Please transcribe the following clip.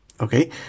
okay